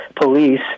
police